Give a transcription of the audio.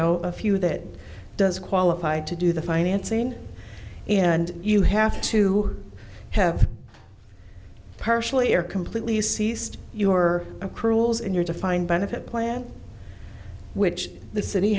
know a few that does qualify to do the financing and you have to have partially or completely ceased your accruals and your defined benefit plan which the city